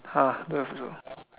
!huh! don't have also